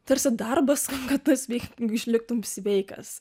tarsi darbas kad pasveik išliktumei sveikas